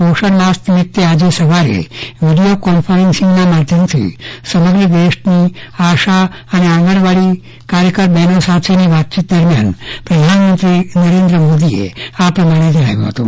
પોષજ્ઞ માસ નિમિત્તે આજે સવારે વિડીયો કોન્ફરન્સીંગના માધ્યમથી સમગ્ર દેશની આશા અને આંગણવાડી બહેનો સાથેની વાતચીત દરમ્યાન પ્રધાનમંત્રી નરેન્દ્ર મોદીએ આ પ્રમાણે જણાવ્યું હૃતું